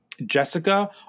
Jessica